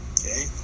Okay